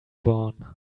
born